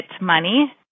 Money